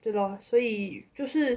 对 lor 所以就是